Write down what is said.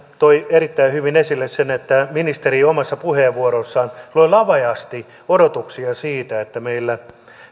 toi erittäin hyvin esille sen että ministeri omassa puheenvuorossaan loi laveasti odotuksia siitä että meillä